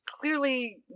Clearly